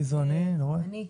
אני.